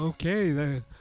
Okay